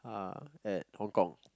uh at Hong-Kong